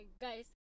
guys